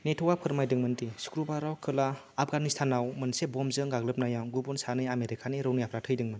नेट'या फोरमायदोंमोन दि शुक्रबाराव खोला अफगानिस्तानाव मोनसे बम्बजों गाग्लोबनायाव गुबुन सानै आमेरिकानि रौनियाफोरा थैदोंमोन